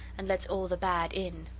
and lets all the bad in.